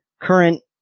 current